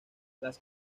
las